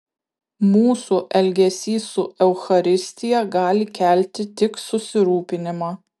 mūsų elgesys su eucharistija gali kelti tik susirūpinimą